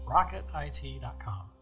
rocketit.com